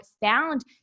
found